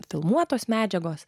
filmuotos medžiagos